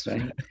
right